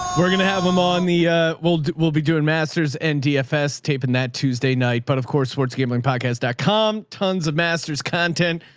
we're going to have them on the we'll. we'll be doing masters and dfs tape in that tuesday night. but of course, sports gambling, podcast com, tons of masters content.